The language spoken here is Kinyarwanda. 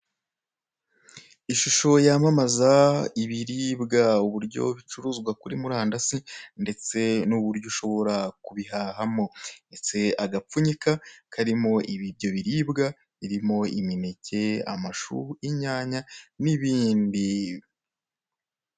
Ishusho yamamaza ibiribwa, uburyo bicuruzwa kuri murandasi ndetse n'uburyo ushobora kubihahamo. Ndase agapfunyika karimo ibyo biribwa, birimo imineke, amashu, inyanya, n'ibindi.